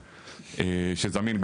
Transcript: שזמין,